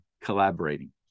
collaborating